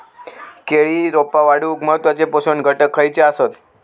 केळी रोपा वाढूक महत्वाचे पोषक घटक खयचे आसत?